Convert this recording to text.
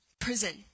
prison